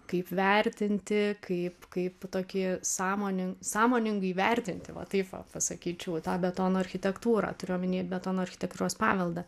kaip vertinti kaip kaip tokį sąmonin sąmoningai įvertinti va taip va pasakyčiau tą betono architektūrą turiu omeny betono architektūros paveldą